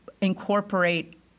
incorporate